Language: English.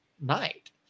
night